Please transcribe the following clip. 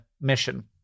mission